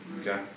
Okay